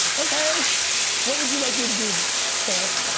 okay what would you like me to do sir?